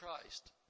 Christ